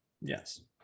Yes